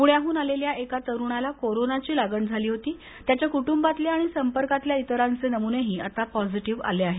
पण्याहन आलेल्या एका तरुणाला कोरोनाची लागण झाली होती त्याच्या कुटुंबातल्या आणि संपर्कातल्या इतरांचे नमनेही आता पॉझिटिव्ह आले आहेत